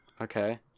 Okay